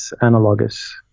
analogous